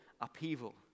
upheaval